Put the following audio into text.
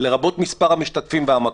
לרבות מספר המשתתפים והמקום.